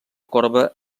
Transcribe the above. corba